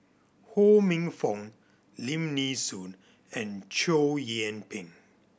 Ho Minfong Lim Nee Soon and Chow Yian Ping